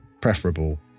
preferable